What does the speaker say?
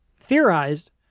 theorized